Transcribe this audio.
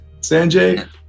sanjay